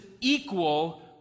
equal